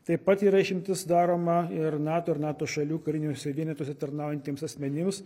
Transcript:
taip pat yra išimtis daroma ir nato ir nato šalių kariniuose vienetuose tarnaujantiems asmenims